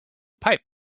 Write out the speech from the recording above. pipe